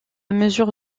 mesure